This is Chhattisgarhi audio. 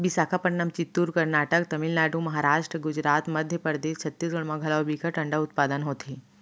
बिसाखापटनम, चित्तूर, करनाटक, तमिलनाडु, महारास्ट, गुजरात, मध्य परदेस, छत्तीसगढ़ म घलौ बिकट अंडा उत्पादन होथे